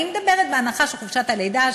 אבל אני מדברת בהנחה שחופשת הלידה,